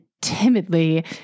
timidly